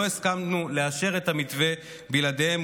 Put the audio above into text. לא הסכמנו לאשר את המתווה בלעדיהם,